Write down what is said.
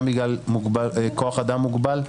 בגלל כוח אדם מוגבל,